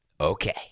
okay